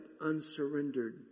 unsurrendered